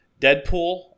Deadpool